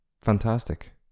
fantastic